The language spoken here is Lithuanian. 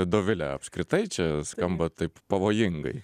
dovile apskritai čia skamba taip pavojingai